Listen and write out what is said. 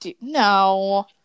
No